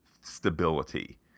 stability